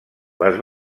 les